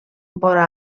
vora